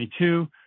2022